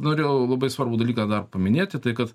norėjau labai svarbų dalyką dar paminėti tai kad